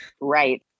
Right